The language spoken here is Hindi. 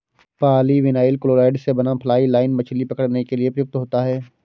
पॉलीविनाइल क्लोराइड़ से बना फ्लाई लाइन मछली पकड़ने के लिए प्रयुक्त होता है